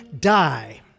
die